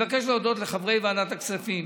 להודות לחברי ועדת הכספים.